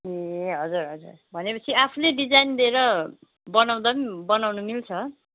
ए हजुर हजुर भनेपछि आफ्नै डिजाइन दिएर बनाउँदा पनि बनाउन मिल्छ